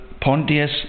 Pontius